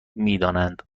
میدانند